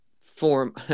form